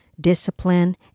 discipline